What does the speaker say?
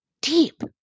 deep